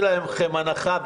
מיקי עשיתי לכם הנחה היום,